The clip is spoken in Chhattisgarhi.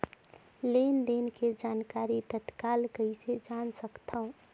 लेन देन के जानकारी तत्काल कइसे जान सकथव?